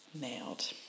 Nailed